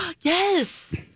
Yes